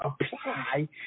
apply